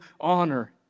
honor